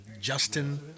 Justin